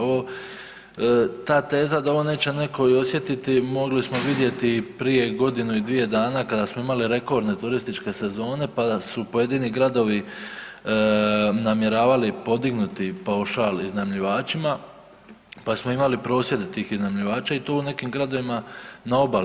Ovo, ta teza da ovo neće neko i osjetiti mogli smo vidjeti prije godinu i dvije dana kada smo imali rekordne turističke sezone, pa da su pojedini gradovi namjeravali podignuti paušal iznajmljivačima, pa smo imali prosvjed tih iznajmljivača i to u nekim gradovima na obali.